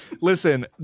Listen